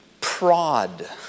prod